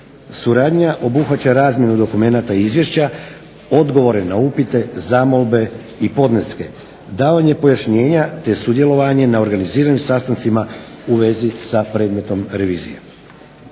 Suradnja obuhvaća razmjenu dokumenata i izvješća, odgovore na upite, zamolbe i podneske, davanje pojašnjenja te sudjelovanje na organiziranim sastancima u vezi sa predmetom revizije.